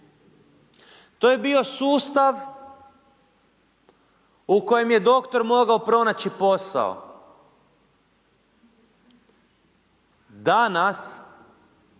To je bio sustav u kojem je doktor mogao pronaći posao. Danas